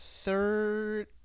Third